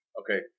Okay